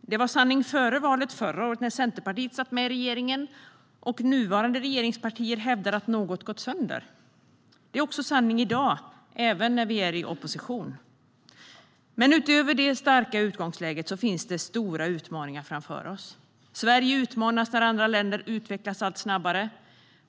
Det var sanning även före valet förra året, när Centerpartiet satt med i regeringen och nuvarande regeringspartier hävdade att något gått sönder. Det är också sanning i dag, när vi är i opposition. Trots det starka utgångsläget finns det dock stora utmaningar framför oss. Sverige utmanas när andra länder utvecklas allt snabbare.